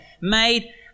made